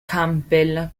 campbell